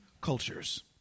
cultures